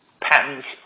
patents